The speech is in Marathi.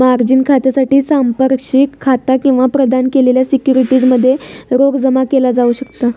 मार्जिन खात्यासाठी संपार्श्विक खाता किंवा प्रदान केलेल्या सिक्युरिटीज मध्ये रोख जमा केला जाऊ शकता